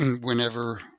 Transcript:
whenever